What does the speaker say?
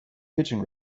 pitching